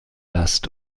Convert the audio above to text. last